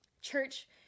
Church